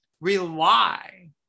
rely